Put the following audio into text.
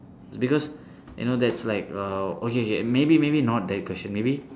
because you know that's like uh okay K maybe maybe not that question maybe